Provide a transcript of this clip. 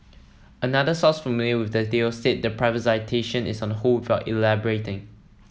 another source familiar with the deal said the privatisation is on hold elaborating